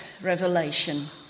Revelation